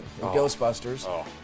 Ghostbusters